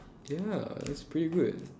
ya it's pretty good